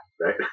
right